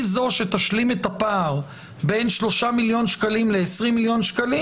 היא זו שתשלים את הפער בין 3 מיליון שקל ל-20 מיליון שקלים